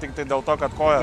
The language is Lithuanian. tiktai dėl to kad koja